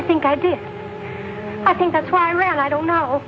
i think i did i think that's why i ran i don't know